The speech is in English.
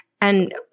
And-